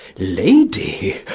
lady,